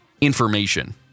information